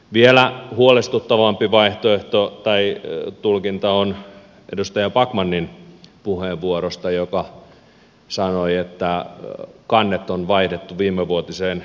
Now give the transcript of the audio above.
vielä huolestuttavampi tulkinta on edustaja backmanin puheenvuorosta kun hän sanoi että kannet on vaihdettu viimevuotiseen sisältöön